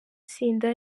tsinda